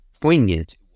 poignant